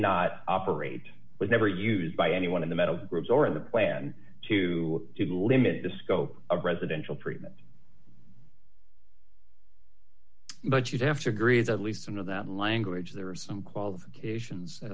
not operate was never used by anyone in the metal groups or in the plan to limit the scope of residential treatment but you'd have to agree is at least some of that language there are some qualifications a